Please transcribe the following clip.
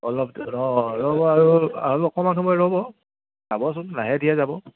অলপ অঁ ৰ'ব আৰু আৰু অকণমান সময় ৰ'ব যাবচোন লাহে ধীৰে যাব